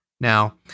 Now